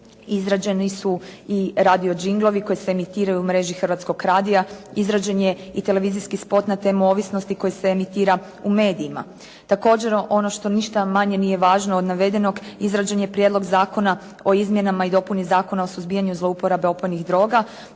izrađeni su i radio jinglovi koji se emitiraju u mreži Hrvatskog radija, izrađen je i televizijski spot na temu ovisnosti koji se emitira u medijima. Također ono što ništa manje nije važno od navedenog izrađen je Prijedlog Zakona o izmjenama i dopuni Zakona o suzbijanju zlouporabe opojnih droga,